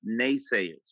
naysayers